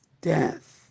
death